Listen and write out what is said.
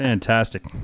fantastic